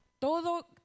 Todo